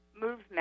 movement